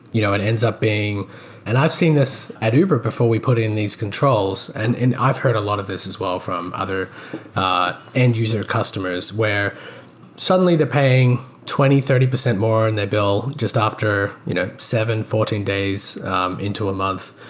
you know it ends up being and i've seen this at uber before we put in these controls and i've heard a lot of this as well from other end-user customers, where suddenly they're paying twenty percent, thirty percent more in their bill, just after you know seven, fourteen days into a month,